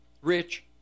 rich